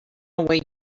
way